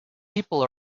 people